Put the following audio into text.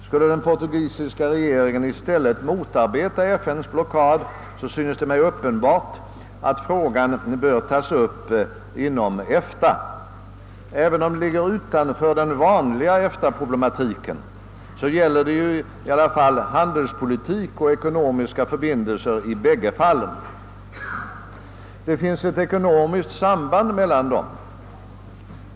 Skulle den portugisiska regeringen i stället motarbeta FN:s blockad synes det mig uppenbart, att frågan bör tas upp inom EFTA. Även om det ligger utanför den vanliga EFTA-problematiken gäller det dock i båda fallen handelspolitiska och ekonomiska förbindelser, och det finns ett ekonomiskt samband mellan dem.